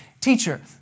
teacher